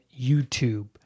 YouTube